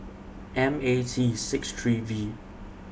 M A T six three V